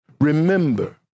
remember